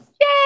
Yay